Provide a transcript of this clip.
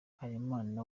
harerimana